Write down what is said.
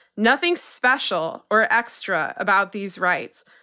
nothing special or extra about these rights.